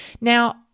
Now